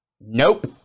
Nope